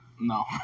No